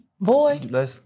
Boy